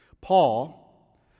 Paul